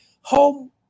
home